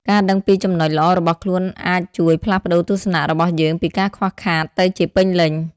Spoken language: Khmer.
ការដឹងពីចំណុចល្អរបស់ខ្លួនអាចជួយផ្លាស់ប្តូរទស្សនៈរបស់យើងពីការខ្វះខាតទៅជាពេញលេញ។